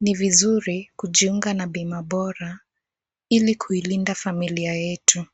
Ni vizuri kujiunga na bima bora ili kuilinda familia yetu.